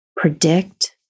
Predict